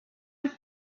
have